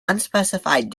unspecified